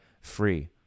free